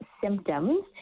symptoms